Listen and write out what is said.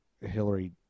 Hillary